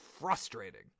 frustrating